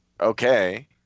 okay